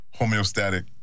homeostatic